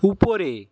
উপরে